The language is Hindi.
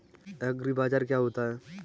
एग्रीबाजार क्या होता है?